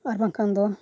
ᱟᱨ ᱵᱟᱝᱠᱷᱟᱱ ᱫᱚ